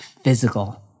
physical